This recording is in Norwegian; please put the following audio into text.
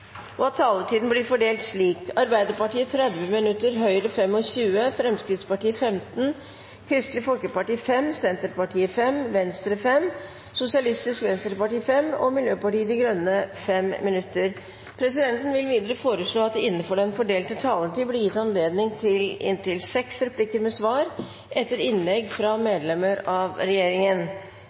og at taletiden blir fordelt slik: Arbeiderpartiet 30 minutter, Høyre 25 minutter, Fremskrittspartiet 15 minutter, Kristelig Folkeparti 5 minutter, Senterpartiet 5 minutter, Venstre 5 minutter, Sosialistisk Venstreparti 5 minutter og Miljøpartiet De Grønne 5 minutter. Videre vil presidenten foreslå at det – innenfor den fordelte taletid – blir gitt anledning til inntil seks replikker med svar etter innlegg fra medlemmer av regjeringen.